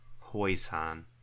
Poison